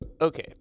Okay